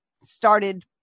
started